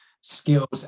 skills